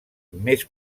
més